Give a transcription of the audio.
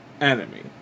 enemy